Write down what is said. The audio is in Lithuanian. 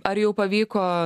ar jau pavyko